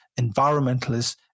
environmentalists